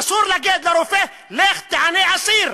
אסור להגיד לרופא: לך תענה אסיר,